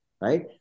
Right